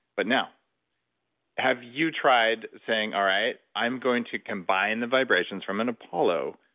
but now have you tried saying, all right, i'm going to combine the vibrations from an apollo,